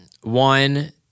One